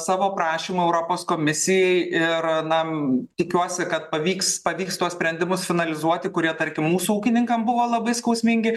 savo prašymą europos komisijai ir na tikiuosi kad pavyks pavyks tuos sprendimus finalizuoti kurie tarkim mūsų ūkininkam buvo labai skausmingi